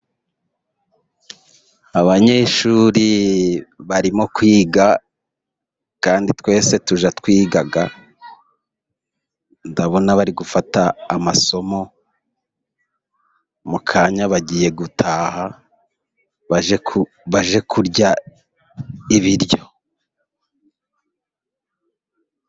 Abanyeshuri barimo kwiga kandi twese tujya twiga, ndabona bari gufata amasomo, mukanya bagiye gutaha bajye kurya ibiryo.